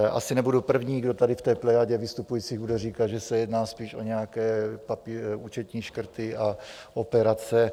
Asi nebudu první, kdo tady v té plejádě vystupujících bude říkat, že se jedná spíš o nějaké účetní škrty a operace.